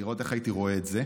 לראות איך הייתי רואה את זה.